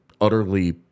utterly